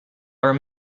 are